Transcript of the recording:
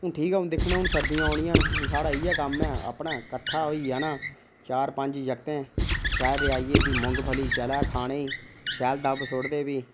ठीक ऐ हून दिक्खने आं सर्दियां औनियां न साढ़ा उ'आं कम्म ऐ कट्ठा होई जाना चार पंज जागतें शैल भी आइयै मुंगफली चढ़ै खाने ईं शैल दब्ब सुट्टदे फ्ही